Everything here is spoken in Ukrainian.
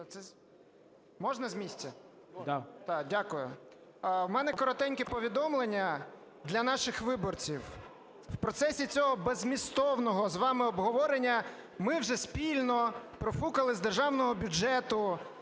Можна з місця? Дякую. В мене коротеньке повідомлення для наших виборців. В процесі цього беззмістовного з вами обговорення ми вже спільно профукали з державного бюджету